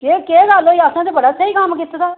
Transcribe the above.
केह् केह् गल्ल होई असें ते बड़ा स्हेई कम्म कीते दा